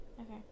Okay